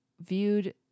viewed